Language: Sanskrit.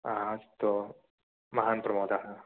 अ अस्तु महान् प्रमोदः